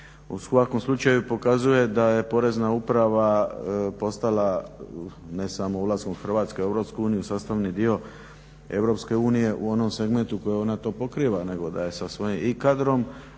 u svakom slučaju pokazuje da je Porezna uprava postala ne samo ulaskom Hrvatske u EU sastavni dio EU u onom segmentu koji ona to pokriva nego da je i sa svojim kadrom